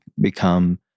become